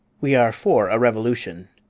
we are for a revolution!